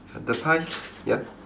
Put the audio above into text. the pies